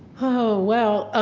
oh, well, ah